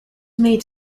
made